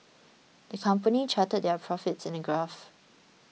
the company charted their profits in a graph